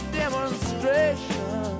demonstration